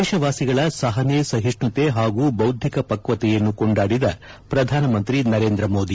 ದೇಶವಾಸಿಗಳ ಸಹನೆ ಸಹಿಷ್ಣುತೆ ಹಾಗೂ ಬೌದ್ದಿಕ ಪಕ್ವತೆಯನ್ನು ಕೊಂಡಾಡಿದ ಪ್ರಧಾನಮಂತ್ರಿ ನರೇಂದ್ರ ಮೋದಿ